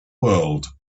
world